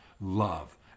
love